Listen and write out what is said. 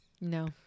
no